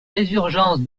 résurgence